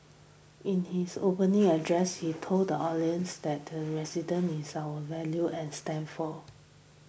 in his opening address he told the audience that the resident is our values and stand for